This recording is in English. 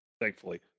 Thankfully